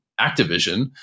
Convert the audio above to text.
Activision